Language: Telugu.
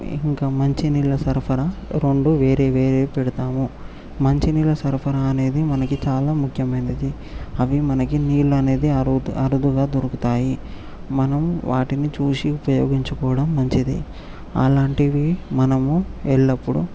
ఇంకా మంచి నీళ్ల సరఫరా రెండు వేరే వేరే పెడతాము మంచి నీళ్లు సరఫరా అనేది మనకి చాలా ముఖ్యమైనది అవి మనకి నీళ్లు అనేవి అరుద అరుదుగా జరుగుతాయి మనం వాటిని చూసి ఉపయోగించుకోవడం మంచిది అలాంటివి మనము ఎల్లప్పుడూ